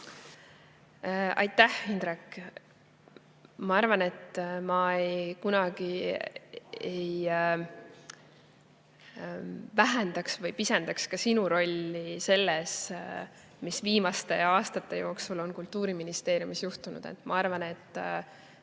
Aitäh, Indrek! Ma arvan, et ma kunagi ei vähendaks ega pisendaks ka sinu rolli selles, mis viimaste aastate jooksul on Kultuuriministeeriumis juhtunud. Ma arvan, et